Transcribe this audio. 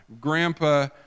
grandpa